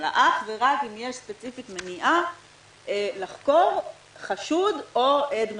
אלא אך ורק אם יש ספציפית מניעה לחקור חשוד או עד מרכזי.